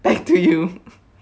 back to you